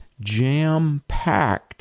jam-packed